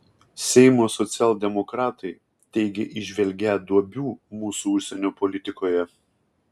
seimo socialdemokratai teigia įžvelgią duobių mūsų užsienio politikoje